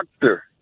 doctor